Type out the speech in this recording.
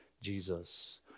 Jesus